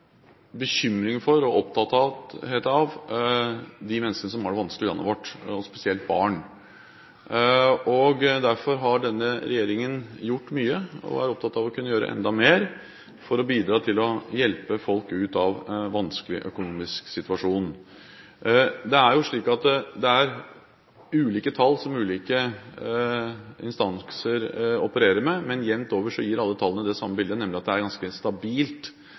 og er også opptatt av de menneskene som har det vanskelig i landet vårt, og spesielt barn. Derfor har denne regjeringen gjort mye og er opptatt av å kunne gjøre enda mer for å bidra til å hjelpe folk ut av en vanskelig økonomisk situasjon. Det er ulike tall som ulike instanser opererer med, men jevnt over gir alle tallene det samme bildet, nemlig at det er ganske stabilt